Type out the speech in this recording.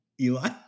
Eli